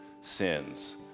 sins